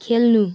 खेल्नु